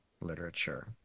literature